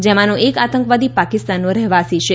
જેમાનો એક આતંકવાદી પાકિસ્તાનનો રહેવાસી છે